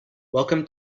welcome